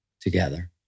together